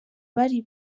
bari